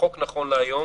החוק נכון להיום